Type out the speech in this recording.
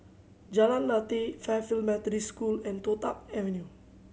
Jalan Lateh Fairfield Methodist School and Toh Tuck Avenue